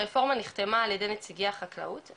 הרפורמה נחתמה על ידי נציגי החקלאות,